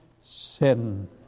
sin